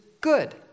good